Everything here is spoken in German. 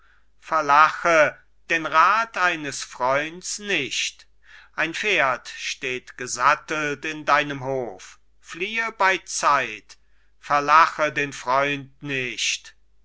verlache den rat eines freunds nicht ein pferd steht gesattelt in deinem hof fliehe beizeit verlache den freund nicht